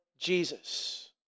Jesus